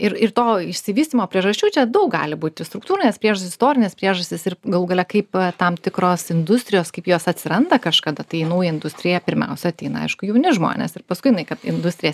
ir ir to išsivystymo priežasčių čia daug gali būti struktūrinės priežastys istorinės priežastys ir galų gale kaip tam tikros industrijos kaip jos atsiranda kažkada tai į naują industriją pirmiausia ateina aišku jauni žmonės ir paskui jinai kad industrija